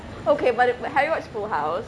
okay but if have you watched full house